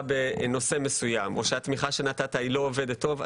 בנושא מסוים או שהתמיכה שנתת לא עובדת טוב,